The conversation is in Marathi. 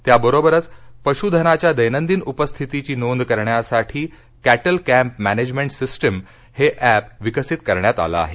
त्याबरोबरच पशुधनाच्या दैनंदिन उपस्थितीची नोंद करण्यासाठी कॅटल कॅम्प मॅनेजमेंट सिस्टिम हे अॅप विकसित करण्यात आलं आहे